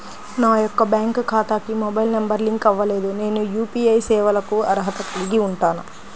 నా యొక్క బ్యాంక్ ఖాతాకి మొబైల్ నంబర్ లింక్ అవ్వలేదు నేను యూ.పీ.ఐ సేవలకు అర్హత కలిగి ఉంటానా?